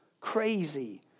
crazy